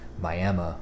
Miami